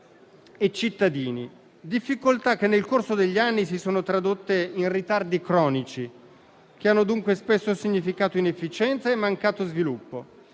e cittadini, le quali nel corso degli anni si sono tradotte in ritardi cronici, che hanno dunque spesso significato inefficienza e mancato sviluppo.